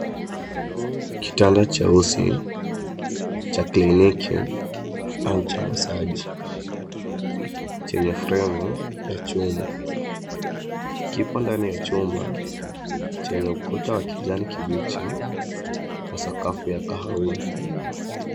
Kitanda cheusi cha kliniki au cha masaji chenye fremu ya chuma kipo ndani ya chumba chenye ukuta wa rangi ya kijani kibichi na sakafu ya kahawia.